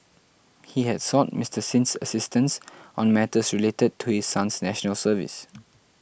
he had sought Mister Sin's assistance on matters related to his son's National Service